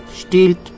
stiehlt